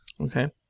Okay